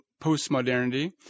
Postmodernity